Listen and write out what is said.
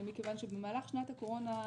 מכיוון שבמהלך שנת הקורונה,